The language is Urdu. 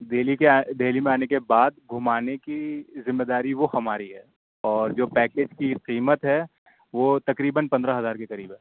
دہلی کے دہلی میں آنے کے بعد گھمانے کی ذمہ داری وہ ہماری ہے اور جو پیکیج کی قیمت ہے وہ تقریباً پندرہ ہزار کے قریب ہے